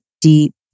deep